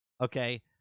okay